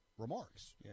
remarks